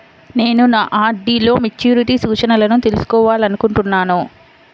నేను నా ఆర్.డీ లో మెచ్యూరిటీ సూచనలను తెలుసుకోవాలనుకుంటున్నాను